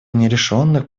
нерешенных